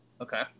Okay